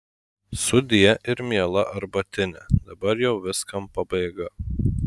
sudie ir miela arbatine dabar jau viskam pabaiga